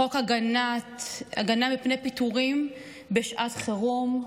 חוק הגנה מפני פיטורין בשעת חירום,